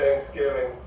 Thanksgiving